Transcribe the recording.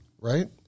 Right